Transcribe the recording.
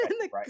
right